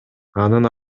анын